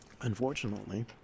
Unfortunately